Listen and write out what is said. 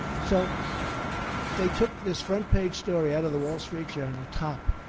so they took this front-page story out of the wall street journal top